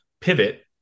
pivot